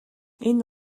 энэ